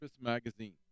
Magazine